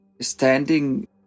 standing